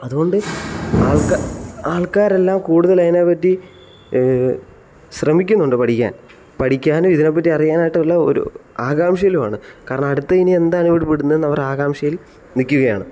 അതുകൊണ്ട് ആൾക്കാർ ആൾക്കാരെല്ലാം കൂടുതലതിനെപ്പറ്റി ശ്രമിക്കുന്നുണ്ട് പഠിക്കാൻ പഠിക്കാനും ഇതിനെപ്പറ്റി അറിയാനായിട്ടുള്ള ഒരു ആകാംക്ഷയിലുമാണ് കാരണം അടുത്തത് ഇനി എന്താണ് ഇവർ വിടുന്നതെന്ന് ആകാംക്ഷയിൽ നിൽക്കുകയാണ്